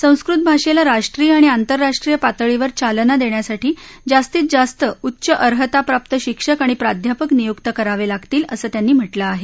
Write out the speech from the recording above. संस्कृत भाषेला राष्ट्रीय आणि आंतरराष्ट्रीय पातळीवर चालना देण्यासाठी जास्तीत जास्त उच्च अहर्ताप्राप्त शिक्षक आणि प्राध्यापक नियुक्त करावे लागतील असं त्यांनी म्हटलं आहे